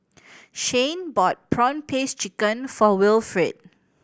Shayne bought prawn paste chicken for Wilfrid